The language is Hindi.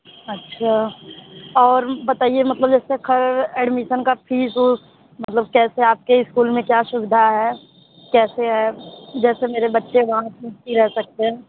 अच्छा और बताइए मतलब जैसे खैर एडमिसन का फीस ऊस मतलब कैसे आपके ईस्कूल में क्या सुविधा है कैसे है जैसे मेरे बच्चे वहाँ रह सकते हैं